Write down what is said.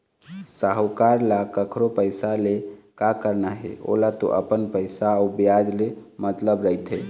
साहूकार ल कखरो परसानी ले का करना हे ओला तो अपन पइसा अउ बियाज ले मतलब रहिथे